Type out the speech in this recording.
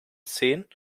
zehn